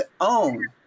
Own